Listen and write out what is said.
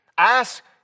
Ask